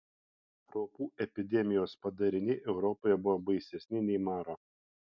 raupų epidemijos padariniai europoje buvo baisesni nei maro